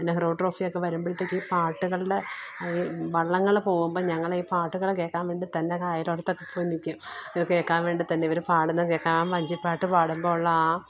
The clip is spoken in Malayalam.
നെഹ്റു ട്രോഫി ഒക്കെ വരുമ്പഴത്തേക്ക് പാട്ടുകളുടെ വള്ളങ്ങള് പോകുമ്പോൾ ഞങ്ങള് ഈ പാട്ടുകള് കേൾക്കാൻ വേണ്ടി തന്നെ അയൽവക്കത്തൊക്കെ പോയി നിൽക്കും കേൾക്കാൻ വേണ്ടി തന്നെ ഇവര് പാടുന്നത് കേൾക്കാം വഞ്ചിപ്പാട്ട് പാടുമ്പോൾ ഉള്ള ആ